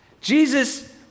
Jesus